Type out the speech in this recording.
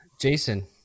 Jason